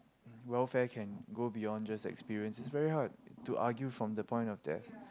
welfare can go beyond just experience it's very hard to argue from the point of death